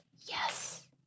Yes